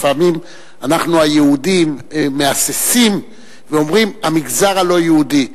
לפעמים אנחנו היהודים מהססים ואומרים "המגזר הלא-יהודי".